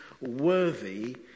worthy